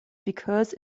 because